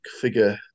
figure